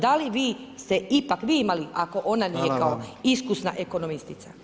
Da li vi ste ipak vi imali, ako ona nije kao iskusna ekonomistica?